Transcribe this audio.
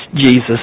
Jesus